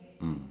mm